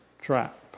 trap